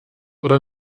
oder